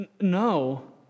No